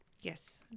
yes